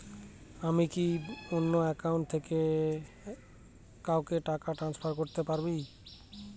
আমি কি অন্য ব্যাঙ্ক থেকে কাউকে টাকা ট্রান্সফার করতে পারি?